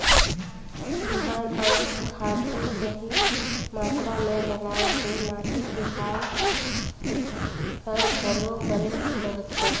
बिहान अउ खातू सही मातरा मे डलाए से माटी के हाल हर घलो बने रहथे